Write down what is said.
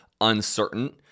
uncertain